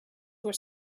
were